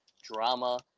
drama